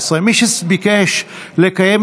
מדינה פלסטינית זו הכיפה של לפיד ושל השמאל,